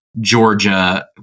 Georgia